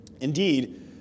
Indeed